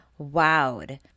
wowed